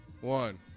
one